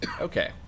Okay